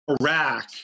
Iraq